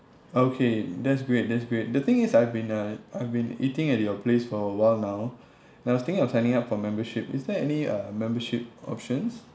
okay that's great that's great the thing is I've been uh I've been eating at your place for awhile now and I was thinking of signing up for membership is there any uh membership options